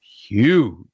huge